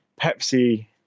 Pepsi